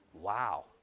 Wow